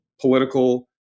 political